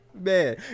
man